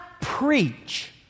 preach